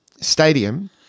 stadium